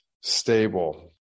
stable